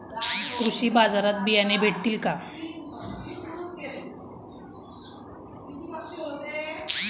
कृषी बाजारात बियाणे भेटतील का?